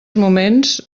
moments